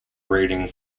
reading